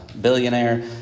billionaire